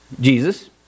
Jesus